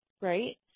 right